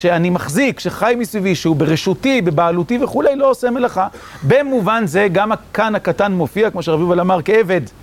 שאני מחזיק, שחי מסביבי, שהוא ברשותי, בבעלותי וכולי, לא עושה מלאכה. במובן זה גם כאן הקטן מופיע, כמו שהרב יובל אמר כעבד.